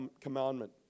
commandment